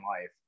life